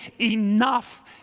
enough